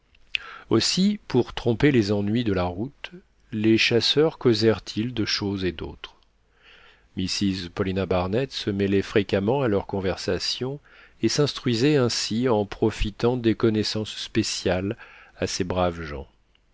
aussi pour tromper les ennuis de la route les chasseurs causèrent ils de choses et d'autres mrs paulina barnett se mêlait fréquemment à leur conversation et s'instruisait ainsi en profitant des connaissances spéciales à ces braves gens